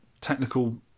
technical